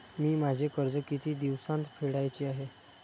मी माझे कर्ज किती दिवसांत फेडायचे आहे?